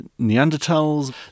Neanderthals